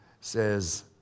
says